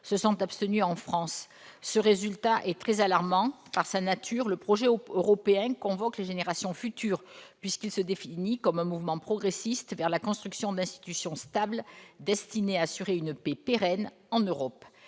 se sont abstenus en France. Ce fait est très alarmant. En effet, par sa nature même, le projet européen convoque les générations futures, puisqu'il se définit comme un mouvement progressiste vers la construction d'institutions stables destinées à assurer une paix pérenne en Europe.